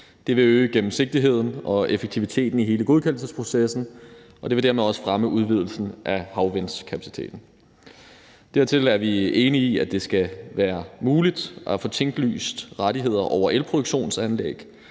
Det vil øge gennemsigtigheden og effektiviteten i hele godkendelsesprocessen, og det vil dermed også fremme udvidelsen af havvindskapaciteten. Derudover er vi enige i, at det skal være muligt at få tinglyst rettigheder til elproduktionsanlæg.